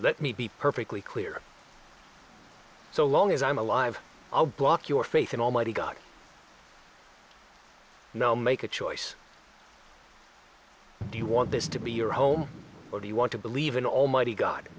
let me be perfectly clear so long as i'm alive i'll block your faith in almighty god no make a choice do you want this to be your home or do you want to believe in almighty god